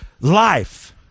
life